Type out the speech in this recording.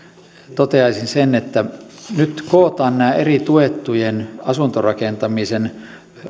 toteaisin sen että nyt kootaan nämä eri tuetun asuntorakentamisen